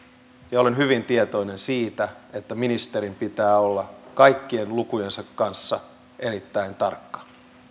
ja olen hyvin tietoinen siitä että ministerin pitää olla kaikkien lukujensa kanssa erittäin tarkka